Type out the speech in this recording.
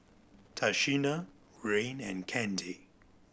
Tashina Rayne and Kandy